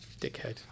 Dickhead